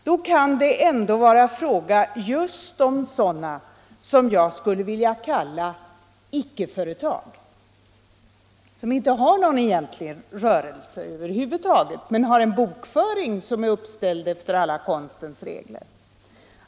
Då kan det ändå vara fråga just om vad jag skulle vilja kalla icke-företag, som inte har någon rörelse över huvud taget men har en bokföring som är uppställd efter alla konstens regler.